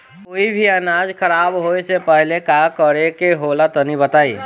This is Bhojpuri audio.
कोई भी अनाज खराब होए से पहले का करेके होला तनी बताई?